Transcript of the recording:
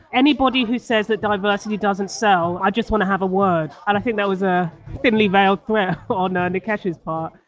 anybody who says that diversity doesn't sell. i just want to have a word. and i think that was a thinly veiled threat on ah nikesh's part.